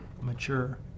mature